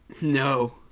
No